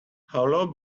hullo